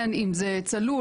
אם זה צלול,